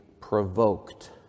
provoked